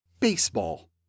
Baseball